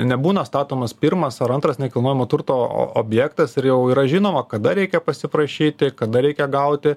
nebūna statomas pirmas ar antras nekilnojamo turto o objektas ir jau yra žinoma kada reikia pasiprašyti kada reikia gauti